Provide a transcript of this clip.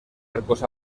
arcos